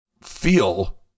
feel